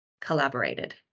collaborated